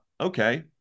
okay